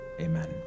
Amen